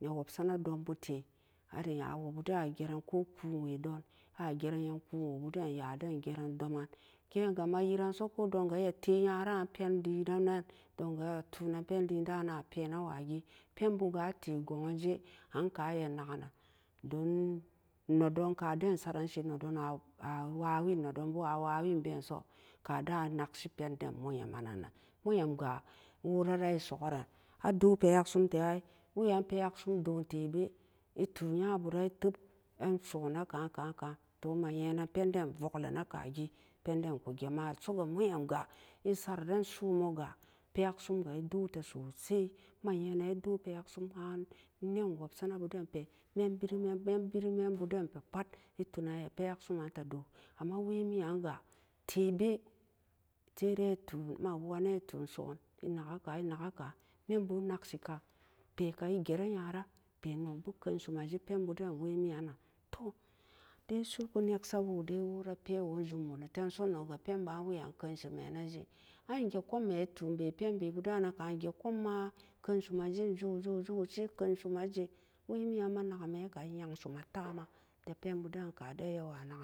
ne wobsana don bu te a re nyawobu a jeron ko kuuwedon a jeren yam ku'u woo bu den nyaden jeren domin ge gaa ma yiren so ko donga e ma tenyara penleren nen dong a too nen penlere daa a pene waa gan penbugate gua je an ka ma nakenan don nedon ka den sat ransen nedon na wa wen nedon na wawen bee so kadan a naksi benden muyem man nan muyem ga woo rari soka ran a do peyaksomte ai wee an peeyak som te ai wee an peeyak som bu doo tebee ai too yebo ree teep an som me kaa-kaa ka'an too ma yee nen penden vok-len ne ka gee penden koo je ma roo soga muyem ga ai sara ne su'u mun ga peya sum ga ai dome te sosai ai ma yenen doo peyak sum ha'an nook wopsana boo den pe mee' boru'u meen bu daran pe pat ai too nen ma peyak su man te doo amma wee minyenga tebe se dee tun e ma wukenan tun som e ma na ke nen nake kan mee bu naksi kan pee kan je re yara pe nok boo keuse me jee pen boo den wa'a miyanman toh dai su'uko nek sa woo dai woo ra pewoo re jum bonotem so ga nokga pen baa weayan keusen me ne je an je ko me a too mee penbe bu da neka ai je koo ma'a keusom me ja je je keusom wee meyan ma na kum be ka e yansum mee ta'a ma da pen boo da'n kaden waa ke